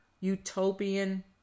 utopian